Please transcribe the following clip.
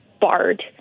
barred